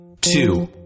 two